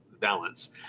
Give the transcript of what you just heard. balance